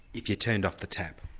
if you turned off the tap.